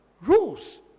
Rules